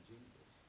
Jesus